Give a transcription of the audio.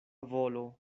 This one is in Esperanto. volo